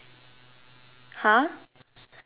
!huh!